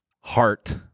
heart